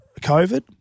COVID